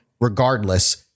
regardless